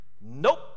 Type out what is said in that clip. Nope